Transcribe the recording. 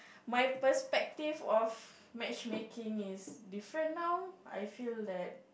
my perspective of matchmaking is different now I feel that